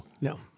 No